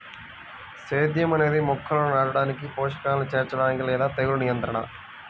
సేద్యం అనేది మొక్కలను నాటడానికి, పోషకాలను చేర్చడానికి లేదా తెగులు నియంత్రణ